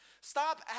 Stop